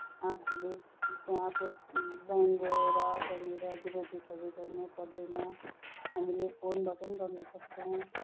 आफूले त्यो पैसा ब्याङ्क गएर त्यहाँनिर डिपोजिटहरू गर्नुपर्दैन हामीले फोनबाट पनि गर्नसक्छौँ